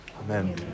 Amen